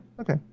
okay